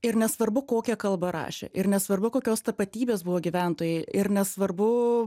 ir nesvarbu kokia kalba rašė ir nesvarbu kokios tapatybės buvo gyventojai ir nesvarbu